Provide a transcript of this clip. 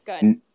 Good